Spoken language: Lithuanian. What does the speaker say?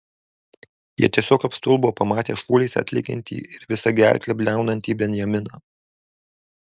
jie tiesiog apstulbo pamatę šuoliais atlekiantį ir visa gerkle bliaunantį benjaminą